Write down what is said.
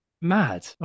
Mad